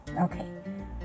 Okay